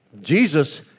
Jesus